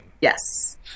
Yes